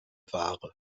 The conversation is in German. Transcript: ware